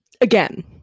again